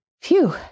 phew